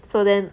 so then